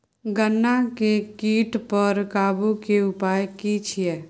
गन्ना के कीट पर काबू के उपाय की छिये?